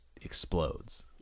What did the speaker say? explodes